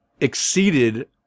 exceeded